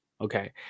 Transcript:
okay